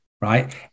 right